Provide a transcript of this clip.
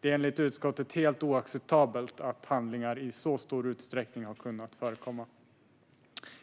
Det är enligt utskottet helt oacceptabelt att handlingar i så stor utsträckning har kunnat förkomma.